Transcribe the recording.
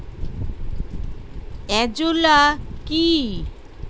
Azolla কি?